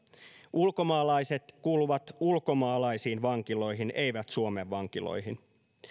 ulkomaalaiset kuuluvat ulkomaalaisiin vankiloihin eivät suomen vankiloihin